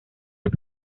por